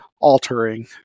altering